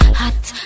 hot